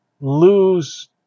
lose